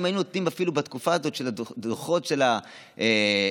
אפילו בתקופה הזאת של דוחות על המסכות,